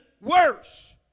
worse